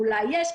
שאולי יש,